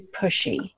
pushy